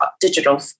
digital